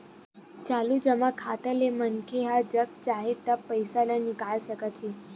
चालू जमा खाता ले मनखे ह जब चाही तब पइसा ल निकाल सकत हे